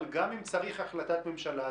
אבל גם אם צריך החלטת ממשלה,